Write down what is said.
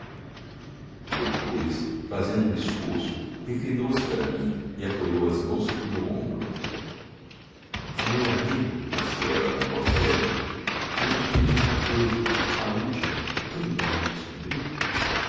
depois fazendo um esforço reclinou-se para mim e apoiou as mãos sobre o meu ombro meu amigo disse ela com voz débil vou pedir-te uma coisa a última tu me prometes cumprir